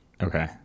okay